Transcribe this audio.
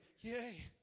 yay